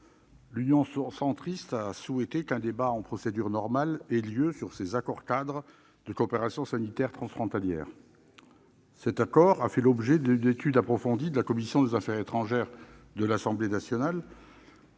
Union Centriste a souhaité qu'un débat en procédure normale ait lieu sur ces accords-cadres de coopération sanitaire transfrontalière. Ces derniers ont fait l'objet d'une étude approfondie de la commission des affaires étrangères de l'Assemblée nationale,